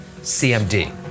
CMD